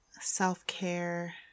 self-care